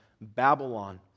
Babylon